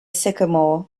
sycamore